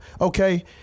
okay